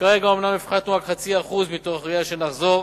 כרגע אומנם הפחתנו רק 0.5%, מתוך ראייה שנחזור,